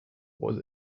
was